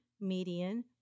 median